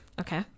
Okay